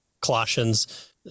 Colossians